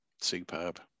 superb